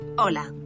Hola